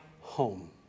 home